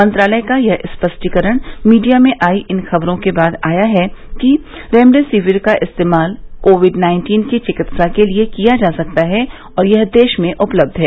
मंत्रालय का यह स्पष्टीकरण मीडिया में आई इन खबरों के बाद आया है कि रेमडेसीविर का इस्तेमाल कोविड नाइन्टीन की चिकित्सा के लिए किया जा सकता है और यह देश में उपलब्ध है